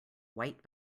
white